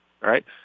right